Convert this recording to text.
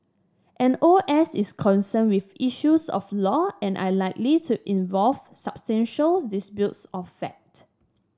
an O S is concerned with issues of law and unlikely to involve substantial disputes of fact